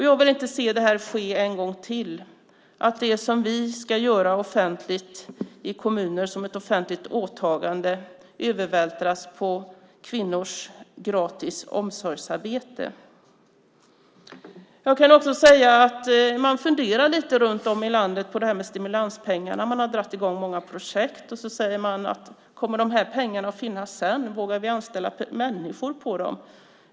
Jag vill inte se att det sker en gång till att det som vi ska göra offentligt i kommuner, som ett offentligt åtagande, övervältras på kvinnors gratis omsorgsarbete. Man funderar lite runt om i landet på stimulanspengarna. Man har dragit i gång många projekt och undrar om pengarna kommer att finnas sedan. Vågar man anställa människor för dem?